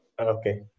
Okay